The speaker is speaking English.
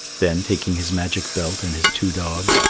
then, taking his magic belt and his two dogs,